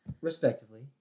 respectively